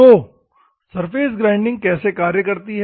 तो surface grinding कैसे कार्य करती है